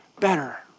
Better